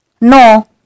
No